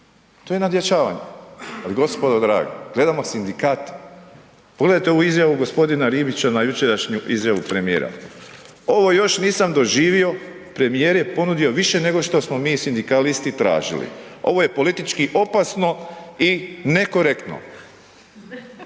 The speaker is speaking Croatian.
To je nadjačavanje. Ali gospodo draga, gledamo sindikate, pogledajte ovu izjavu g. Ribića na jučerašnju izjavu premijera. Ovo još nisam doživio, premijer je ponudio više nego što smo mi sindikalisti tražili, ovo je politički opasno i nekorektno.